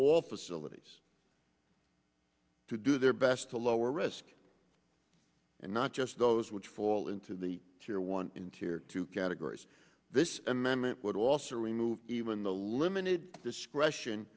all facilities to do their best to lower risk and not just those which fall into the share one in two or two categories this amendment would also remove even the limited discretion